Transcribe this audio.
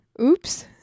Oops